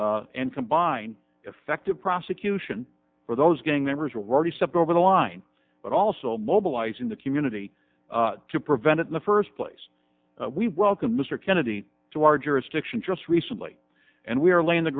together and combine effective prosecution for those gang members were already stepped over the line but also mobilizing the community to prevent it in the first place we welcome mr kennedy to our jurisdiction just recently and we are laying the